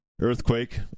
Earthquake